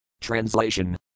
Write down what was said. Translation